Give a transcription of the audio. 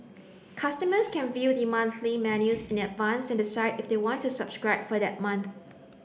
customers can view the monthly menus in advance and decide if they want to subscribe for that month